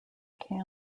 can